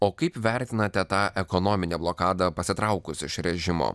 o kaip vertinate tą ekonominę blokadą pasitraukus iš režimo